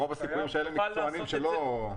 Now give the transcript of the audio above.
רוב הסיכויים שאלה מקצוענים שדווקא לא נפגעים.